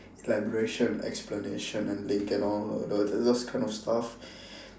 elaboration explanation and link and all the those kind of stuff